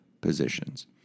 positions